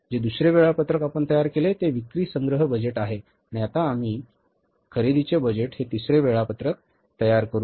जे दुसरे वेळापत्रक आपण तयार केले ते विक्री संग्रह बजेट आहे आणि आता आम्ही खरेदीचे बजेट हे तिसरे वेळापत्रक तयार करू